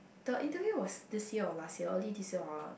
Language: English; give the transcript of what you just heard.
the interview was this year or last year early this year or